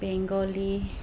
Bengali